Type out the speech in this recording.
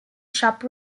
shop